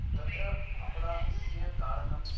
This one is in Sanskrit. तत्र अपराधस्य कारणं